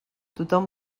tothom